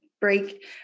break